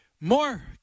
more